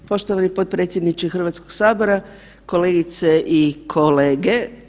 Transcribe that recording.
Poštovani potpredsjedniče Hrvatskog sabora, kolegice i kolege.